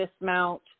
dismount